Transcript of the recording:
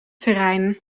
terrein